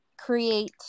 create